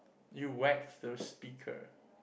you whack the speaker